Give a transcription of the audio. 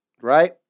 Right